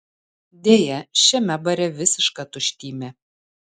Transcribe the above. deja šiame bare visiška tuštymė